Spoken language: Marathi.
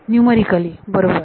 न्यूमरिकली बरोबर